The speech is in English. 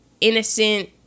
innocent